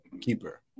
keeper